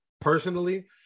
personally